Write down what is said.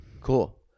Cool